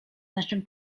naszym